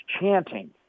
chanting